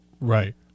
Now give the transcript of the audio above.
right